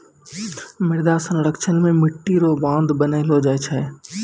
मृदा संरक्षण मे मट्टी रो बांध बनैलो जाय छै